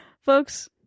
Folks